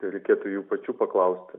tai reikėtų jų pačių paklausti